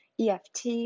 eft